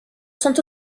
sont